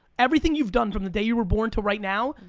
everything you've done from the day you were born to right now,